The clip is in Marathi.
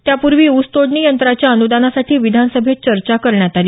त्यापूर्वी ऊस तोडणी यंत्राच्या अनुदानासाठी विधान सभेत चर्चा करण्यात आली